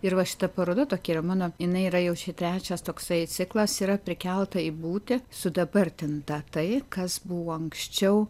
ir va šita paroda tokia yra mano jinai yra jau čia trečias toksai ciklas yra prikelta į būtį sudabartinta tai kas buvo anksčiau